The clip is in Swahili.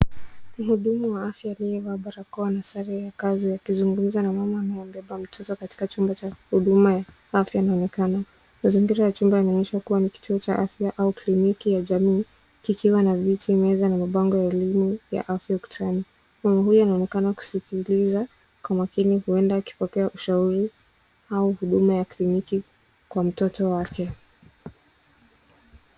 Nihebu muuguzi wa afya aliyevaa barakoa na sare ya kazi akizungumza na mzazi wa mtoto katika chumba cha huduma ya afya na umakini. Yuko katika chumba ambacho mwisho wake kuna kituo cha afya au kliniki ya jamii chenye viti vilivyokaa vizuri na mabango ya elimu ya afya ukutani. Muuguzi na mzazi wanazungumza kana kwamba ni kikao cha ushauri au huduma ya kliniki kwa watoto wao